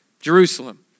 Jerusalem